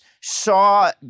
Saw